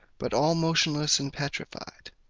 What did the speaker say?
but all motionless and petrified.